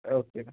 okay